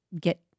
get